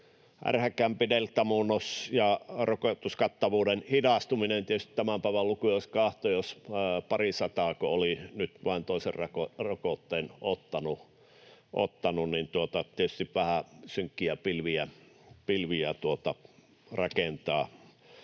ärhäkämpi deltamuunnos ja rokotuskattavuuden hidastuminen, ja tietysti tämän päivän lukuja jos katsoo, kun parisataako oli nyt vain toisen rokotteen ottanut, niin että tietysti vähän synkkiä pilviä nämä rakentavat